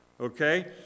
Okay